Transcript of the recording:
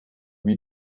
wie